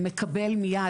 מקבל מיד,